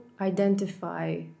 identify